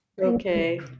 Okay